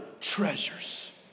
treasures